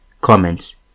Comments